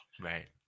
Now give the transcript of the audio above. Right